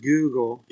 Google